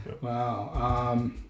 Wow